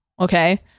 Okay